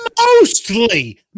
Mostly